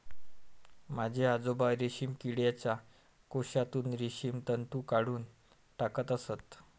माझे आजोबा रेशीम किडीच्या कोशातून रेशीम तंतू काढून टाकत असत